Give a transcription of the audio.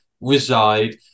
reside